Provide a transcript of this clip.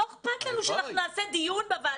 לא אכפת לנו שנעשה דיון בוועדה,